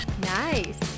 Nice